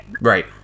Right